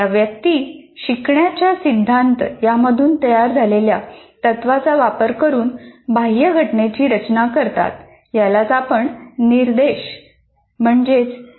या व्यक्ती शिकण्याच्या सिद्धांत यांमधून तयार झालेल्या तत्त्वांचा वापर करून बाह्य घटनेची रचना करतात यालाच आपण निर्देश असे म्हणतो